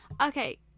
Okay